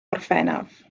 orffennaf